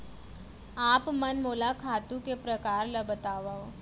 आप मन मोला खातू के प्रकार ल बतावव?